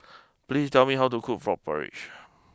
please tell me how to cook Frog Porridge